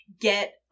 get